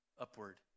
Upward